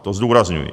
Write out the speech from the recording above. To zdůrazňuji.